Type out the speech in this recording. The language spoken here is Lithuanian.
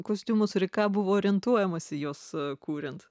kostiumus ir į ką buvo orientuojamasi juos kuriant